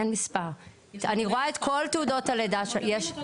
אין להם מספר, אני רואה את כל תעודות הלידה שלהם.